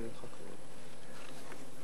את עמדתו בנושא העלאת התמלוגים?